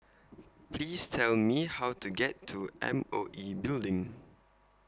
Please Tell Me How to get to M O E Building